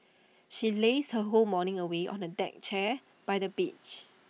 she lazed her whole morning away on A deck chair by the beach